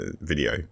video